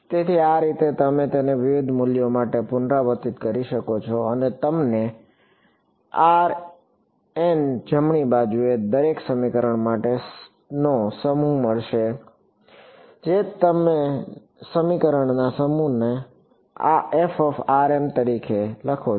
તેથી આ રીતે તમે તેને વિવિધ મૂલ્યો માટે પુનરાવર્તિત કરી શકો છો અને તમને જમણી બાજુએ દરેક માટે સમીકરણોનો સમૂહ મળશે જે તમને સમીકરણોનો સમૂહ મળશે